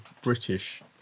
British